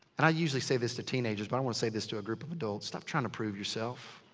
and i usually say this to teenagers. but i wanna say this to a group of adults. stop trying to prove yourself.